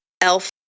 elf